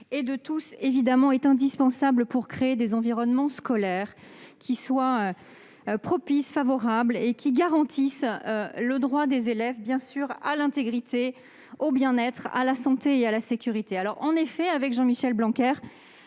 et de tous est évidemment indispensable pour créer des environnements scolaires propices, favorables et garantissant le droit des élèves à l'intégrité, au bien-être, à la santé et à la sécurité. Avec Jean-Michel Blanquer,